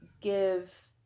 give